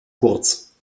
kurz